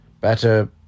better